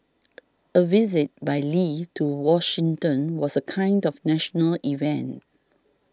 a visit by Lee to Washington was a kind of national event